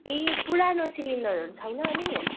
ए पुरानो सिलिन्डरहरू छैन अनि